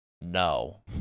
No